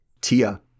Tia